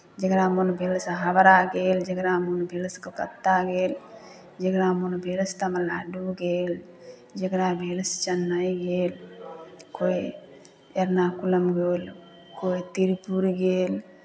जकरा मोन भेलै से हावड़ा गेल जकरा मोन भेलै से कलकत्ता गेल जकरा मोन भेलै से तमिलनाडु गेल जकरा भेल से चेन्नइ गेल कोइ एन्नाकुलम गेल कोइ तिरुपुर गेल